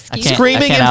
screaming